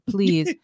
Please